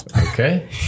Okay